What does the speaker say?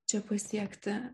čia pasiekti